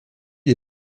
des